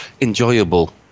enjoyable